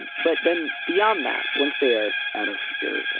and but then beyond that, once they're out of your,